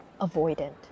avoidant